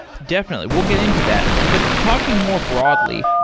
definitely. we'll get into that. but talking more broadly,